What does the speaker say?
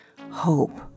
hope